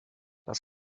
das